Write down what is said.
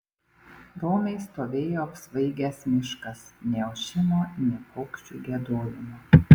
romiai stovėjo apsvaigęs miškas nė ošimo nė paukščių giedojimo